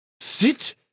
sit